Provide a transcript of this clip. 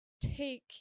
take